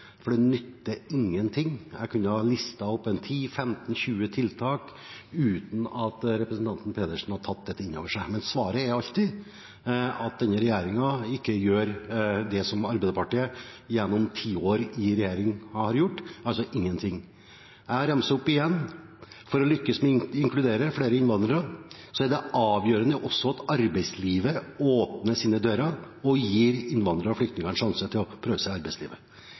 for det nytter ingenting, jeg kunne ha listet opp en 10–15–20 tiltak uten at representanten Pedersen hadde tatt dette inn over seg. Svaret er alltid at denne regjeringen ikke gjør det som Arbeiderpartiet gjennom tiår i regjering har gjort – altså ingenting. Jeg ramser opp igjen: For å lykkes med å inkludere flere innvandrere er det avgjørende at også arbeidslivet åpner sine dører og gir innvandrere og flyktninger en sjanse til å prøve seg i arbeidslivet.